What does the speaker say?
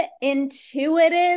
intuitive